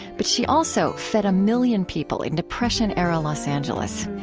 but she also fed a million people in depression-era los angeles.